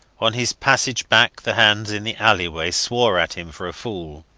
on his passage back the hands in the alleyway swore at him for a fool.